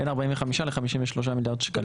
בין 45 ל-53 מיליארד שקלים.